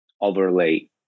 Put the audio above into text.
overlay